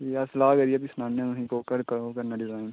ठीक ऐ अस सलाह् करियै भी सनाने आं तुसे ईं कोह्का इक ओ करना ऐ डिजाईन